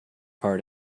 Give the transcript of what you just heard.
part